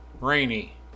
rainy